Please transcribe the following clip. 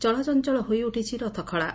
ଚଳଚଞ୍ଚଳ ହୋଇଉଠିଛି ରଥଖଳା